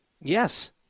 yes